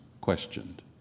questioned